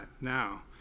now